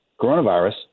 coronavirus